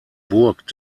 burg